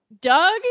Doug